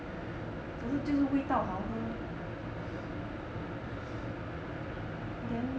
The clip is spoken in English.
只是就是味道好喝 lor then